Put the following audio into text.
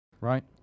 Right